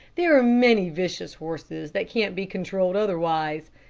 there are many vicious horses that can't be controlled otherwise,